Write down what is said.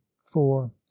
four